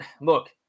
Look